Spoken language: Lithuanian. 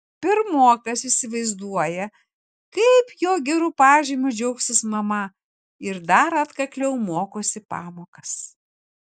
pirmokas įsivaizduoja kaip jo geru pažymiu džiaugsis mama ir dar atkakliau mokosi pamokas